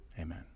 Amen